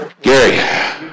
Gary